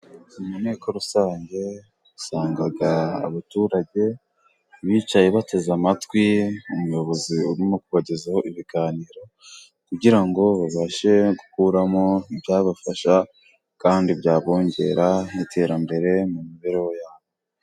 Mu nteko rusange usangaga abaturage bicaye bateze amatwi umuyobozi urimo kubagezaho ibiganiro, kugira ngo babashe gukuramo ibyabafasha kandi byabongerera iterambere mu mibereho yabo.